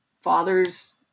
father's